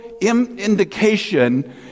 indication